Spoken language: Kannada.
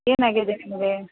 ಏನಾಗಿದೆ ನಿಮಗೆ